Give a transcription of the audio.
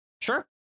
sure